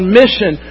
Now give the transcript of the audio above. mission